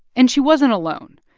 and she wasn't alone.